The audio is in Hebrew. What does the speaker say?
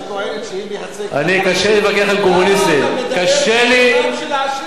שהיא מייצגת למה אתה מדבר בלשונם של העשירים?